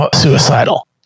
suicidal